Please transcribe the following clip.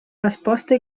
resposta